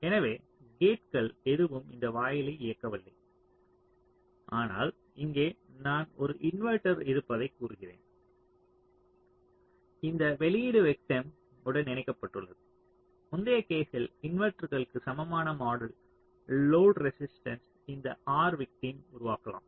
எனவே கேட்கள் எதுவும் இந்த வாயிலை இயக்கவில்லை ஆனால் இங்கே நான் ஒரு இன்வெர்ட்டர் இருப்பதாகக் கூறுகிறேன் இதன் வெளியீடு விக்டிம் உடன் இணைக்கப்பட்டுள்ளது முந்தைய கேஸ்ஸில் இன்வெர்ட்டர்ருக்கு சமமான மாடல் லோட் ரெசிஸ்டென்ஸ் இந்த R விக்டிம் உருவாகலாம்